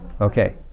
Okay